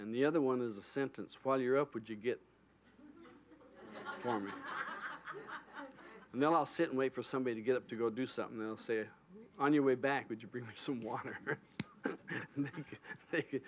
and the other one is a sentence while you're up would you get for me and then i'll sit and wait for somebody to get up to go do something else say on your way back would you bring someone or thank you